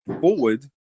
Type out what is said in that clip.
forward